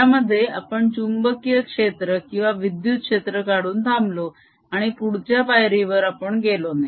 ज्यामध्ये आपण चुंबकीय क्षेत्र किंवा विद्युत क्षेत्र काढून थांबलो आणि पुढच्या पायरीवर आपण गेलो नाही